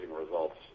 results